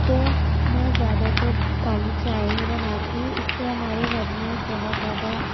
تو میں زیادہ تر کالی چائے ہی بناتی ہوں اس سے ہمارے گھر میں بہت زیادہ